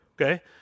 okay